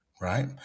right